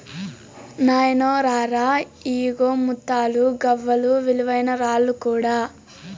నాయినో రా రా, ఇయ్యిగో ముత్తాలు, గవ్వలు, విలువైన రాళ్ళు కూడా